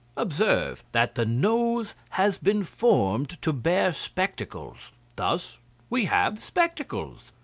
observe, that the nose has been formed to bear spectacles thus we have spectacles.